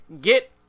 get